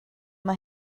yma